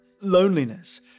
loneliness